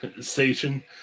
station